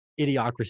idiocracy